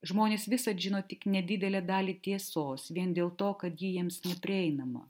žmonės visad žino tik nedidelę dalį tiesos vien dėl to kad ji jiems neprieinama